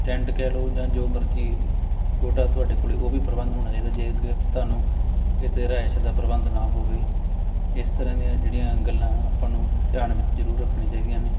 tent ਕਹਿ ਲਓ ਜਾਂ ਜੋ ਮਰਜ਼ੀ ਛੋਟਾ ਤੁਹਾਡੇ ਕੋਲ ਉਹ ਵੀ ਪ੍ਰਬੰਧ ਹੋਣਾ ਚਾਹੀਦਾ ਜੇਕਰ ਤੁਹਾਨੂੰ ਕਿਤੇ ਰਿਹਾਇਸ਼ ਦਾ ਪ੍ਰਬੰਧ ਨਾ ਹੋਵੇ ਇਸ ਤਰ੍ਹਾਂ ਦੀਆਂ ਜਿਹੜੀਆਂ ਗੱਲਾਂ ਆਪਾਂ ਨੂੰ ਧਿਆਨ ਵਿੱਚ ਜ਼ਰੂਰ ਰੱਖਣੀ ਚਾਹੀਦੀਆਂ ਨੇ